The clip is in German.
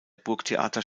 burgtheater